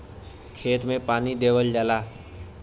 खेत मे पानी देवल जाला